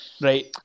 Right